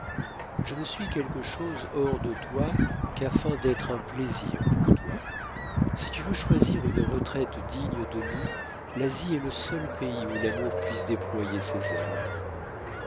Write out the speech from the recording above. je ne suis quelque chose hors de toi qu'afin d'être un plaisir pour toi si tu veux choisir une retraite digne de nous l'asie est le seul pays où l'amour puisse déployer ses ailes